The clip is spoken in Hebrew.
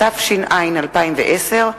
התש”ע 2010,